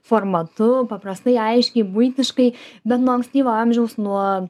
formatu paprastai aiškiai buitiškai bet nuo ankstyvo amžiaus nuo